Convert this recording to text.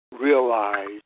realize